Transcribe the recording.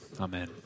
Amen